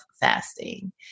fasting